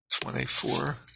Twenty-four